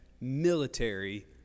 military